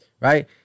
right